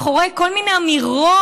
מאחורי כל מיני אמירות,